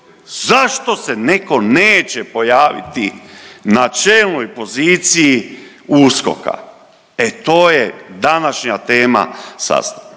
Zašto se netko neće pojaviti na čelnoj poziciji USKOK-a? E to je današnja tema sastanka.